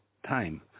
time